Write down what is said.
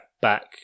back